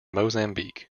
mozambique